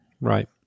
Right